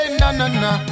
na-na-na